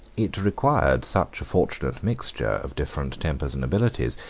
it required such a fortunate mixture of different tempers and abilities,